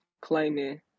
claiming